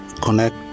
connect